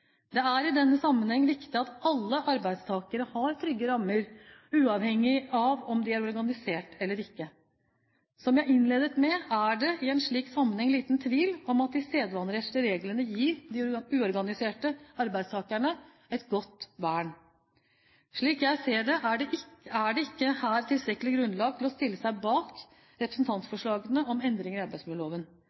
Det er i denne sammenheng viktig at alle arbeidstakere har trygge rammer, uavhengig av om de er organisert eller ikke. Som jeg innledet med, er det i en slik sammenheng liten tvil om at de sedvanerettslige reglene gir de uorganiserte arbeidstakerne et godt vern. Slik jeg ser det, er det ikke her tilstrekkelig grunnlag til å stille seg bak representantforslagene om endringer i arbeidsmiljøloven.